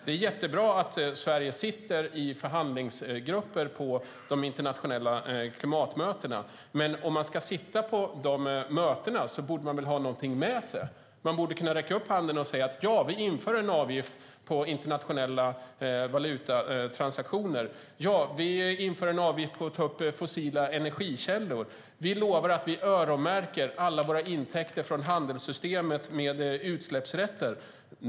Det är jättebra att Sverige sitter i förhandlingsgrupper på de internationella klimatmötena, men om man ska sitta på dessa möten borde man väl ha någonting med sig. Man borde kunna räcka upp handen och säga: Ja, vi inför en avgift på internationella valutatransaktioner. Ja, vi inför en avgift på att ta upp fossila energikällor. Vi lovar att vi öronmärker alla våra intäkter från handelssystemet med utsläppsrätter!